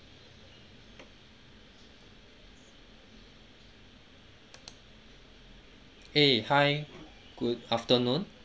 !hey! hi good afternoon